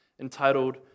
entitled